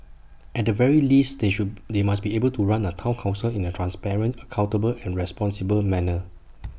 at the very least they should they must be able to run A Town Council in A transparent accountable and responsible manner